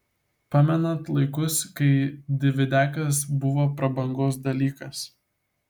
pamenat laikus kai dividiakas buvo prabangos dalykas